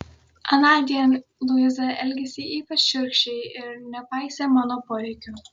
anądien luiza elgėsi ypač šiurkščiai ir nepaisė mano poreikių